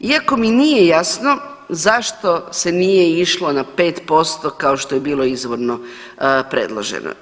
Iako mi nije jasno zašto se nije išlo na 5% kao što je bilo izvorno predloženo.